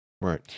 Right